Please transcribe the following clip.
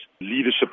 leadership